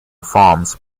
farms